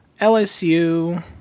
LSU